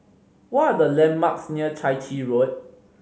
what are the landmarks near Chai Chee Road